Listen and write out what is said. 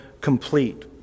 complete